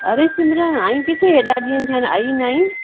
अरे सिमरन आई किंथे हेॾा ॾींहंनि थिया अहिनि आईं न आईं